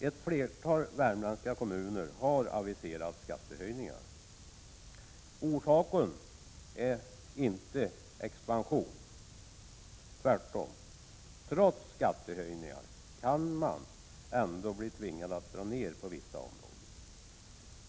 Ett flertal värmländska kommuner har aviserat skattehöjningar. Orsaken är inte expansion — tvärtom. Trots skattehöjning kan man ändå bli tvingad att dra ned på servicen på vissa områden.